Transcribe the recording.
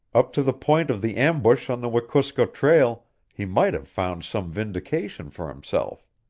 up to the point of the ambush on the wekusko trail he might have found some vindication for himself.